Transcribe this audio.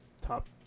top